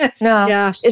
no